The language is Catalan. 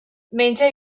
menja